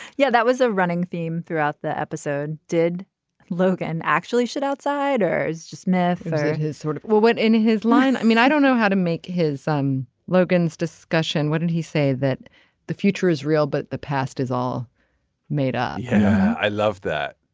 yeah that was a running theme throughout the episode. did logan actually shoot outsiders just meth it has sort of well went in his line. i mean i don't know how to make his um logan's discussion what did he say that the future is real but the past is all made up. yeah i love that.